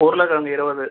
உருளைக்கிழங்கு இருபது